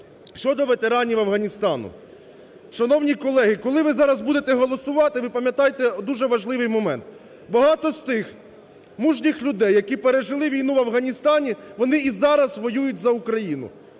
Щодо ветеранів Афганістану. Шановні колеги, коли ви зараз будете голосувати, ви пам'ятайте дуже важливий момент. Багато з тих мужніх людей, які пережили війну в Афганістані, вони і зараз воюють за Україну.